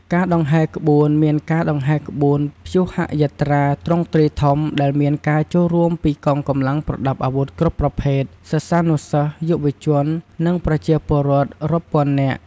ការដង្ហែរក្បួន មានការដង្ហែរក្បួនព្យុហយាត្រាទ្រង់ទ្រាយធំ ដែលមានការចូលរួមពីកងកម្លាំងប្រដាប់អាវុធគ្រប់ប្រភេទ សិស្សានុសិស្ស យុវជន និងប្រជាពលរដ្ឋរាប់ពាន់នាក់។